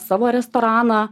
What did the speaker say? savo restoraną